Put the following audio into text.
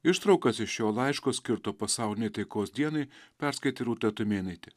ištraukas iš šio laiško skirto pasaulinei taikos dienai perskaitė rūta tumėnaitė